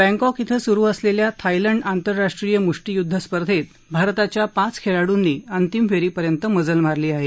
Bangkok ब्रिं सुरु असलेल्या थायलंड आंतरराष्ट्रीय मुष्टीयुद्ध स्पर्धेत भारताच्या पाच खेळाडूंनी अंतिम फेरीपर्यंत मजल मारली आहे